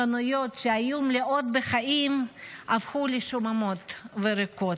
חנויות שהיו מלאות בחיים הפכו לשוממות וריקות.